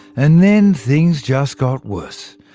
and then, things just got worse.